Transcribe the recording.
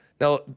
Now